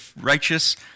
righteous